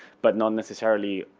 but not necessarily